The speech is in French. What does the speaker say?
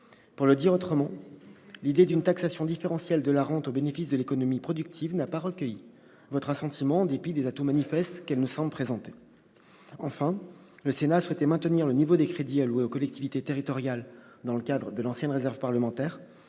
Pour le dire autrement, l'idée d'une taxation différentielle de la rente au bénéfice de l'économie productive n'a pas recueilli votre assentiment, en dépit des atouts manifestes qu'elle nous semble présenter. Enfin, le Sénat a souhaité maintenir le niveau des crédits alloués aux collectivités territoriales dans le cadre de l'ancienne réserve parlementaire,